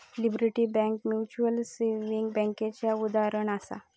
liberty Bank Mutual Saving बैंकेचा उदाहरणं आसा